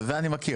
את זה אני מכיר,